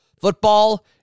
Football